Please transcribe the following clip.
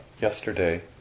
yesterday